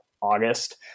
august